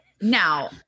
Now